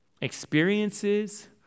experiences